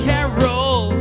Carol